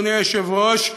אדוני היושב-ראש,